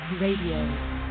Radio